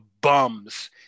bums